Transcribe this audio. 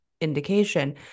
indication